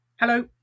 Hello